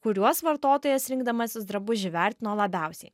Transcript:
kuriuos vartotojas rinkdamasis drabužį vertino labiausiai